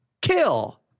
kill